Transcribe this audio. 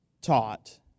taught